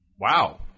Wow